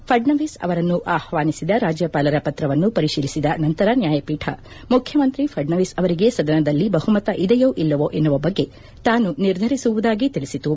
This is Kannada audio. ಫಡ್ನವೀಸ್ ಅವರನ್ನು ಆಹ್ನಾನಿಸಿದ ರಾಜ್ಲಪಾಲರ ಪತ್ರವನ್ನು ಪರಿಶೀಲಿಸಿದ ನಂತರ ನ್ಡಾಯಪೀಠ ಮುಖ್ಚಿಮಂತ್ರಿ ಫಡ್ನವೀಸ್ ಅವರಿಗೆ ಸದನದಲ್ಲಿ ಬಹುಮತ ಇದೆಯೋ ಇಲ್ಲವೋ ಎನ್ನುವ ಬಗ್ಗೆ ತಾನು ನಿರ್ಧರಿಸುವುದಾಗಿ ತಿಳಿಸಿತು